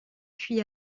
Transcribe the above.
puis